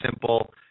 simple